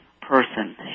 person